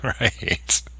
right